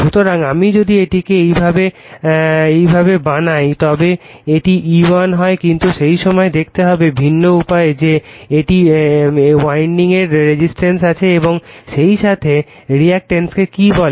সুতরাং আমি যদি এটিকে এভাবে বানাই তবে এটি E1 হয় কিন্তু সেই সময়ে দেখতে হবে ভিন্ন উপায়ে যে এটি উইন্ডিং এরও রেজিস্ট্যান্স আছে এবং সেই সাথে রিঅ্যাকটেন্সকে কি বলে